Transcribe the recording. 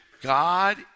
God